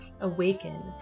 awaken